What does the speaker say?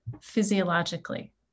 physiologically